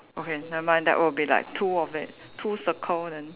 okay never mind that will be like two of it two circle then